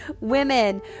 Women